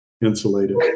Insulated